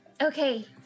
Okay